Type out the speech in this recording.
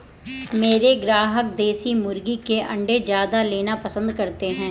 मेरे ग्राहक देसी मुर्गी के अंडे ज्यादा लेना पसंद करते हैं